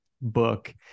book